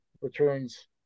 returns